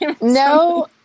No